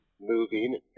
moving